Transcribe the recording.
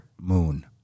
moon